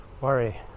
worry